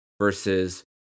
Versus